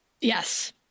Yes